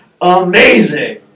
amazing